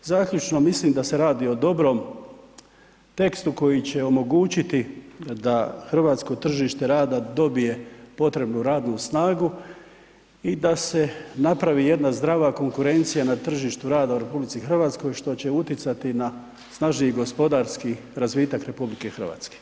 Zaključno, mislim da se radi o dobrom tekstu koji će omogućiti da hrvatsko tržište rada dobije potrebnu radnu snagu i da se napravi jedna zdrava konkurencija na tržištu rada u RH što će utjecati na snažniji gospodarski razvitak RH.